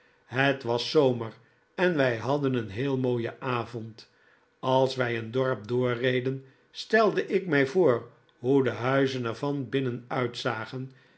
het was zomer en wij hadden een heel mooien avond als wij een dorp doorreden stelde ik mij voor hoe de huizen er van binnen uitzagen